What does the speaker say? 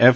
F